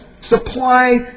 supply